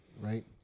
right